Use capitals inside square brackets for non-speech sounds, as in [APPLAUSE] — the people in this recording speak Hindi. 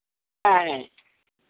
[UNINTELLIGIBLE] है